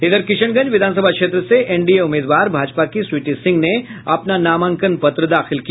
इधर किशनगंज विधानसभा क्षेत्र से एनडीए उम्मीदवार भाजपा की स्वीटी सिंह ने अपना नामांकन पत्र दाखिल किया